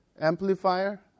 amplifier